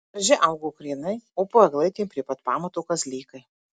darže augo krienai o po eglaitėm prie pat pamato kazlėkai